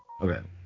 Okay